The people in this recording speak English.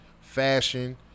fashion